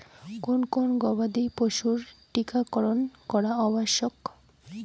কোন কোন গবাদি পশুর টীকা করন করা আবশ্যক?